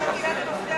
אתה מדבר על מפתח,